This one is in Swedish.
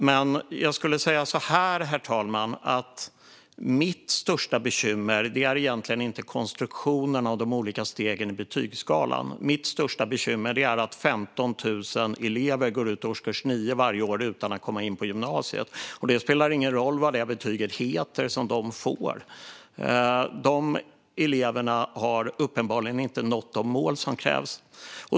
Men jag skulle säga så här, herr talman: Mitt största bekymmer är egentligen inte konstruktionen av de olika stegen i betygsskalan, utan mitt största bekymmer är att 15 000 elever går ut årskurs 9 varje år utan att komma in på gymnasiet. Det spelar ingen roll vad betyget de får heter, för de eleverna har uppenbarligen inte nått de mål som krävs.